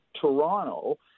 Toronto